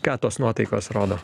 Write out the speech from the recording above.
ką tos nuotaikos rodo